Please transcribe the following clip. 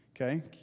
Okay